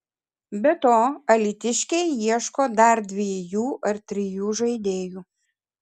be to alytiškiai ieško dar dviejų ar trijų žaidėjų